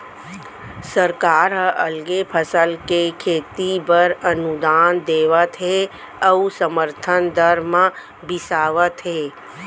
सरकार ह अलगे फसल के खेती बर अनुदान देवत हे अउ समरथन दर म बिसावत हे